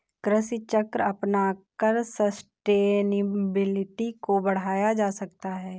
कृषि चक्र अपनाकर सस्टेनेबिलिटी को बढ़ाया जा सकता है